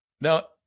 Now